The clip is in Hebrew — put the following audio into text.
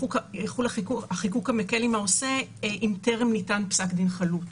יחול החיקוק המקל עם העושה אם טרם ניתן פסק דין חלוט.